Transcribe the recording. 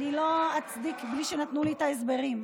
אני לא אצדיק בלי שנתנו לי את ההסברים.